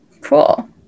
cool